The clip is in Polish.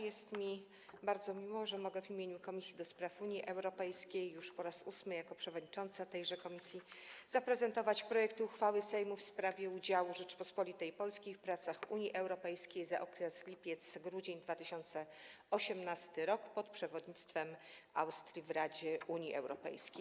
Jest mi bardzo miło, że mogę w imieniu Komisji do Spraw Unii Europejskiej już po raz ósmy jako przewodnicząca tejże komisji zaprezentować projekt uchwały Sejmu w sprawie udziału Rzeczypospolitej Polskiej w pracach Unii Europejskiej w okresie lipiec-grudzień 2018 r. (przewodnictwo Austrii w Radzie Unii Europejskiej)